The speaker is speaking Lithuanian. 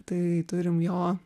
tai turim jo